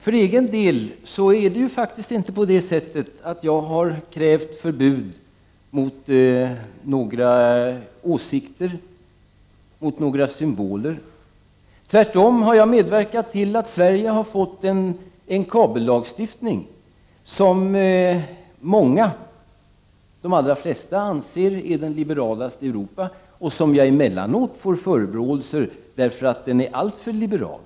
För egen del har jag ju faktiskt inte krävt förbud mot några åsikter eller symboler. Tvärtom har jag medverkat till att Sverige har fått en kabellagstiftning som många, de allra flesta, anser vara den liberalaste i Europa, och för vilken jag emellanåt får förebråelser på grund av att den är alltför liberal.